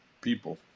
people